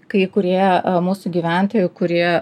kai kurie mūsų gyventojų kurie